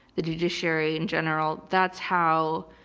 the judiciary in general, that's how,